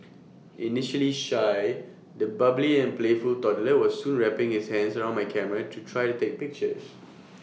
initially shy the bubbly and playful toddler was soon wrapping his hands round my camera to try to take pictures